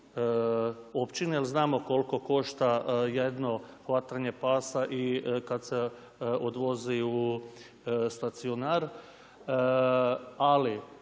općine jer znamo koliko košta jedno hvatanje pasa i kad se odvozi u stacionar, ali